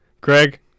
Greg